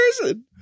person